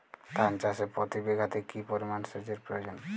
ধান চাষে প্রতি বিঘাতে কি পরিমান সেচের প্রয়োজন?